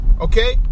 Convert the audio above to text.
okay